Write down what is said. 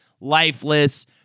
lifeless